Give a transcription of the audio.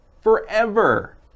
Forever